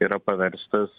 yra paverstas